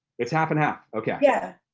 it's half and half, okay. yeah